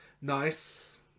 nice